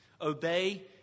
Obey